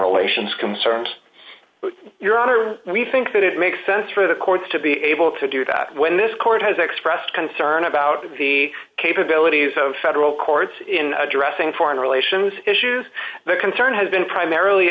relations concerns your honor we think that it makes sense for the courts to be able to do that when this court has expressed concern about the capabilities of federal courts in addressing foreign relations issues the concern has been primarily